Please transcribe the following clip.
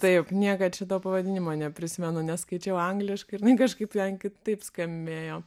taip niekad šito pavadinimo neprisimenu nes skaičiau angliškai ir jinai kažkaip ten kitaip skambėjo